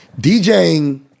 DJing